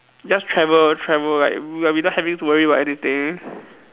just travel travel like without having to worry about anything